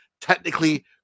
technically